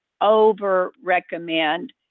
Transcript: over-recommend